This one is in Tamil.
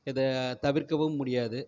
இதை தவிர்க்கவும் முடியாது